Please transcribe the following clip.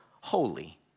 holy